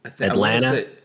Atlanta